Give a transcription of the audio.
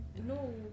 No